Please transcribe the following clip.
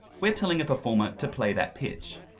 we're telling a performer to play that pitch.